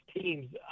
teams